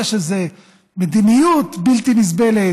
יש איזו מדיניות בלתי נסבלת,